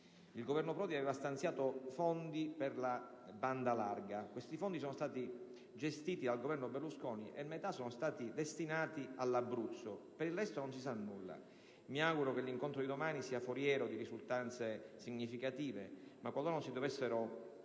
Il Governo Prodi aveva stanziato dei fondi per la banda larga, che sono stati gestiti dal Governo Berlusconi, e metà di essi sono stati destinati all'Abruzzo. Per il resto non si sa nulla. Mi auguro che l'incontro di domani sia foriero di risultanze significative. Qualora non si dovessero